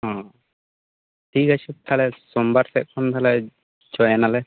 ᱴᱷᱤᱠ ᱟᱪᱷᱮ ᱛᱟᱦᱚᱞᱮ ᱥᱳᱢ ᱵᱟᱨ ᱠᱷᱚᱱ ᱛᱟᱦᱚᱞᱮ ᱡᱚᱭᱮᱱᱟᱞᱮ